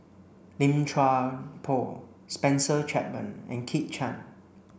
Lim Chuan Poh Spencer Chapman and Kit Chan